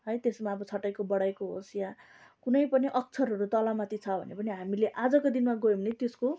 है त्यसमा अब छोटाइकर बढाइकर होस् या कुनै पनि अक्षरहरू तल माथि छ भने पनि हामीले आजको दिनमा गयो भने त्यसको